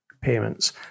payments